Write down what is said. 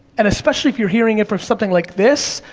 and especially if you're hearing it from something like this,